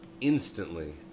Instantly